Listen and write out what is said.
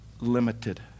limited